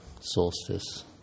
solstice